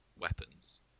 weapons